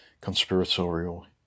Conspiratorial